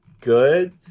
good